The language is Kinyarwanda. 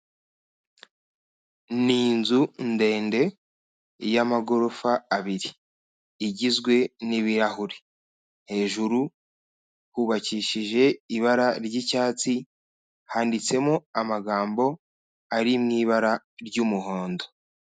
Ni inzu ndende y'amagorofa abiri, igizwe n'ibirahuri, hejuru hubakishije ibara ry'icyatsi, handitsemo amagambo ari mu ibara ry'umuhondo.